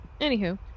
Anywho